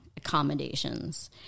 accommodations